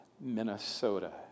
Minnesota